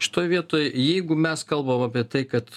šitoj vietoj jeigu mes kalbam apie tai kad